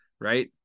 Right